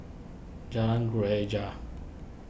Jalan Greja